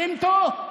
(אומר בערבית: הבנתם?